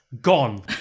gone